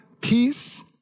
peace